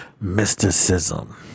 mysticism